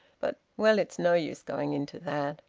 but well, it's no use going into that!